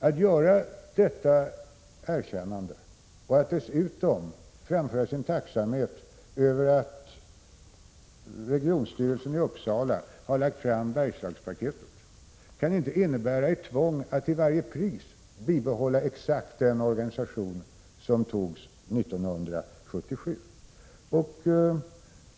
Att göra detta erkännande och att dessutom framföra sin tacksamhet över att regionstyrelsen i Uppsala har lagt fram Bergslagspaketet kan inte innebära ett tvång att till varje pris bibehålla exakt den organisation som antogs 1977.